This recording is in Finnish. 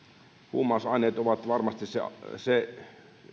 huumausaineet ovat varmasti se